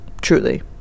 Truly